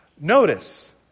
Notice